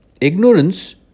Ignorance